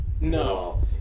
No